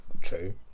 True